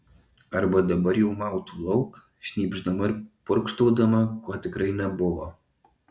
arba dabar jau mautų lauk šnypšdama ir purkštaudama ko tikrai nebuvo